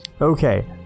Okay